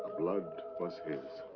blood was his.